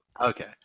Okay